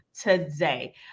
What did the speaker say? today